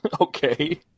Okay